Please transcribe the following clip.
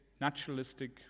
naturalistic